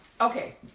okay